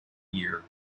year